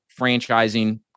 franchising